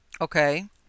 Okay